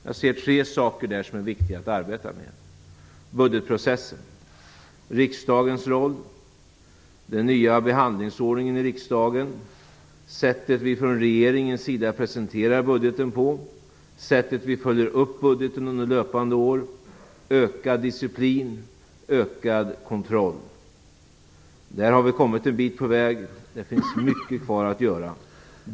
Jag ser där tre saker som det är viktigt att arbeta med: budgetprocessen, riksdagens roll och den nya behandlingsordningen i riksdagen, regeringens sätt att presentera budgeten och att följa upp budgeten under löpande år samt ökad disciplin och ökad kontroll. Där har vi kommit en bit på vägen, men det finns mycket kvar att göra.